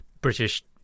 British